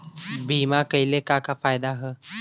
बीमा कइले का का फायदा ह?